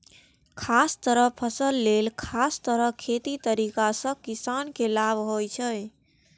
खास तरहक फसल लेल खास तरह खेतीक तरीका सं किसान के लाभ होइ छै